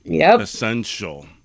essential